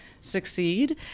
succeed